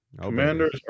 Commander's